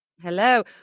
Hello